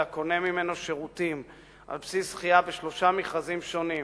אלא קונה ממנו שירותים על בסיס זכייה בשלושה מכרזים שונים.